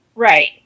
Right